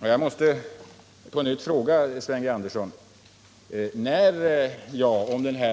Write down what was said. Jag måste på nytt ställa frågan till Sven G. Andersson.